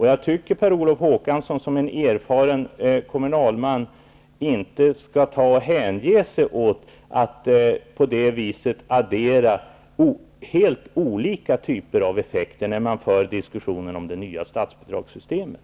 Jag tycker inte att Per Olof Håkansson, som är en erfaren kommunalman, skall hänge sig åt att addera helt olika typer av effekter på det viset, när vi för diskussionen om det nya statsbidragssystemet.